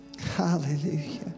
hallelujah